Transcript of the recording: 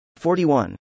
41